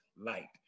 light